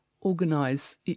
organise